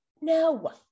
No